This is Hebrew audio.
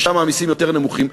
ששם המסים יותר נמוכים,